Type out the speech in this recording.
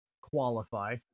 qualify